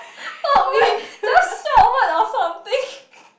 not me just shout word or something